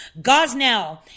Gosnell